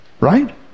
right